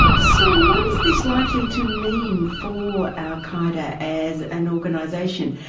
so what is this likely to mean for al qaeda as an organisation?